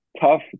tough